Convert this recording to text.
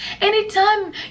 Anytime